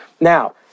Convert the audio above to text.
Now